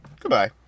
Goodbye